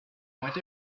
went